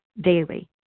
daily